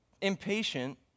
impatient